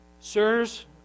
Sirs